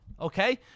Okay